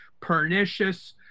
pernicious